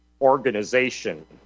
organization